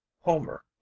Homer